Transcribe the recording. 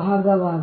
ಭಾಗವಾಗಿದೆ